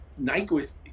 nyquist